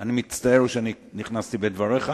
אני מצטער שנכנסתי לדבריך.